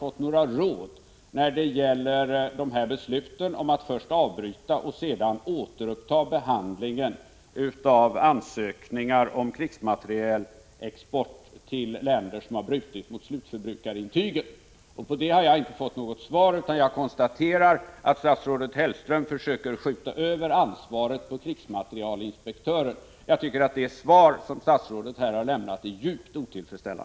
Det måste betraktas som mycket allvarligt om ett land som undertecknat ett slutförbrukarintyg ändå exporterar svensk krigsmateriel vidare. Om ett land bevisligen har brutit mot slutförbrukarintyget, vilka skäl skall då föreligga för att dispens från det svenska förbudet mot krigsmaterielexport åter skall medges för landet i fråga?